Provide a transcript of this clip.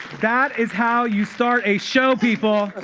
that is how you start a show, people.